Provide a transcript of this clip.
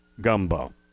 gumbo